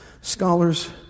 scholars